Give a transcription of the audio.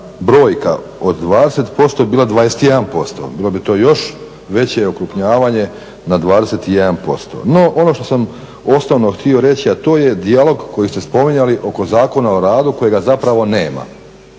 brojka od 20% bila 21%, bilo bi to još veće okrupnjavanje na 21%. No, ono što sam osnovno htio reći, a to je dijalog koji ste spominjali oko Zakona o radu kojega zapravo nema.